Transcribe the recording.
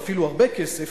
ואפילו הרבה כסף,